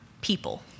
People